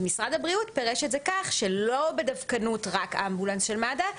ומשרד הבריאות פירש את זה כך שלא בדווקנות רק אמבולנס של מד"א,